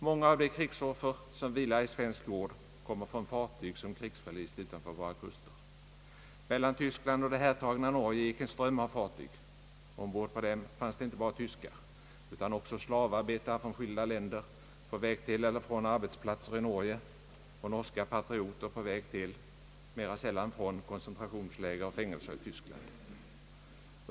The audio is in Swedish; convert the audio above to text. Många av de krigsoffer som vilar i svensk jord kommer från fartyg som krigsförlist utanför våra kuster. Mellan Tyskland och det härtagna Norge gick en ström av fartyg. Ombord på den fanns inte bara tyskar utan också slavarbetare från skilda länder på väg till eller från arbetsplatser i Norge och norska patrioter på väg till — mera sällan från — koncentrationsläger och fängelser i Tyskland.